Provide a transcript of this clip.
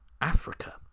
Africa